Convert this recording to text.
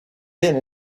been